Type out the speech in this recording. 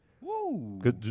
Woo